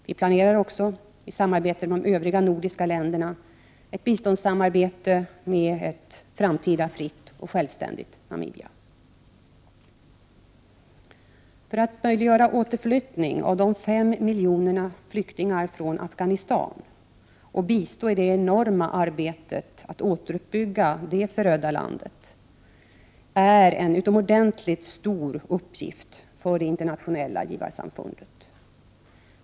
Vi planerar också, i samarbete med de övriga nordiska länderna, ett biståndssamarbete med ett framtida fritt och självständigt Namibia. Att möjliggöra en återflyttning av de 5 miljoner flyktingar från Afghanistan, och bistå i det enorma arbetet att återuppbygga det förödda landet, är en utomordentligt stor uppgift för det internationella givarsamfundet.